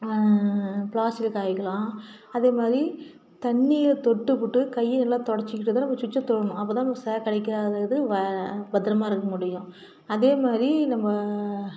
ப்ளாஸ்டிக்கில் காய வைக்கலாம் அதே மாதிரி தண்ணி தொட்டு விட்டு கையை நல்லா துடச்சிக்கிட்டு தான் நம்ம சுட்சை தொடணும் அப்போ தான் நம்ம ஸேக் அடிக்காது வ பத்திரமா இருக்க முடியும் அதே மாதிரி நம்ம